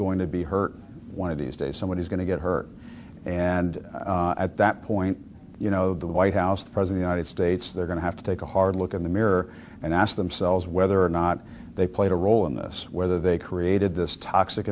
going to be hurt one of these days someone is going to get hurt and at that point you know the white house the president ited states they're going to have to take a hard look in the mirror and ask themselves whether or not they played a role in this whether they created this toxic